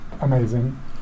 Amazing